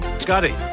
Scotty